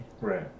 Right